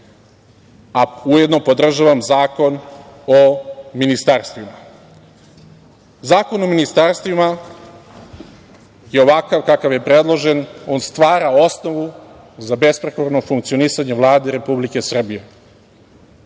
a ujedno podržavam zakon o ministarstvima. Zakon o ministarstvima ovakav kakav je predložen stvara osnovu za besprekorno funkcionisanje Vlade Republike Srbije.